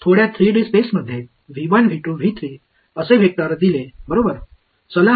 vector திசையில் நான் உங்களுக்கு இது போன்ற ஒரு வெக்டர்களை 3D ஸ்பேஸில் சொல்லலாம்